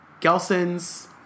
Gelson's